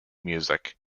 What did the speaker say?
music